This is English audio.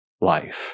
life